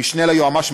המשנה ליועמ"ש,